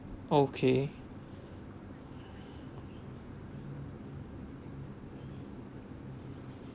okay